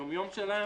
ביום יום שלהם,